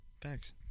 Thanks